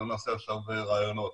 לא נעשה עכשיו ריאיונות.